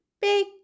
Big